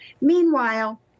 Meanwhile